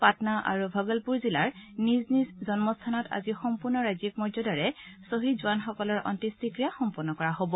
পাটনা আৰু ভগলপুৰ জিলাৰ নিজ নিজ জন্মস্থানত আজি সম্পূৰ্ণ ৰাজ্যিক মৰ্যদাৰে শ্বহীদ জোৱানসকলৰ অন্তোষ্টিক্ৰীয়া সম্পন্ন কৰা হ'ব